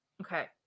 okay